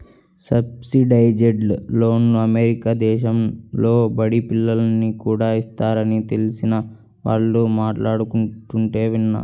subsidised లోన్లు America దేశంలో బడి పిల్లోనికి కూడా ఇస్తారని తెలిసిన వాళ్ళు మాట్లాడుకుంటుంటే విన్నాను